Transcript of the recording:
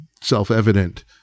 self-evident